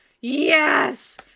Yes